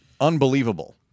unbelievable